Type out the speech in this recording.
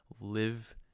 Live